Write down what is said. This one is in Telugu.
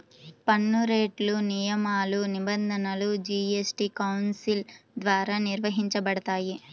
పన్నురేట్లు, నియమాలు, నిబంధనలు జీఎస్టీ కౌన్సిల్ ద్వారా నిర్వహించబడతాయి